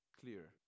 clear